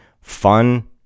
fun